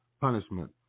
punishment